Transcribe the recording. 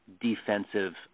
defensive